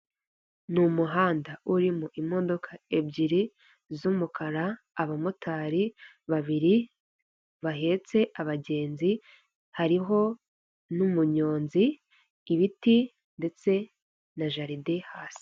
Ni umuhanda urimo imodoka ebyiri z'umukara abamotari babiri bahatse abagenzi hariho n'umunyonzi ibiti ndetse na jaride hasi.